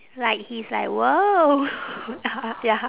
like he's like !whoa! ya